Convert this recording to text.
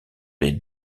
les